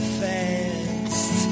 fast